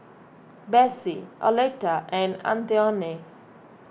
Besse Oleta and Antione